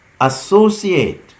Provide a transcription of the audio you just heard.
Associate